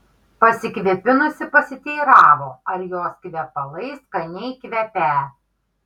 pasikvėpinusi pasiteiravo ar jos kvepalai skaniai kvepią